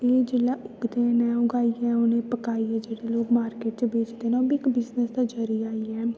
एह् जेल्लै उग्गदे न उगाइयै उ'नें गी पकाइयै जेह्ड़े लोग मार्किट च बेचदे न ओह् बी इक बिजनस दा जरिया गै ऐ